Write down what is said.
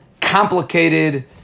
complicated